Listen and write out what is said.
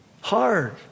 Hard